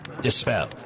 Dispel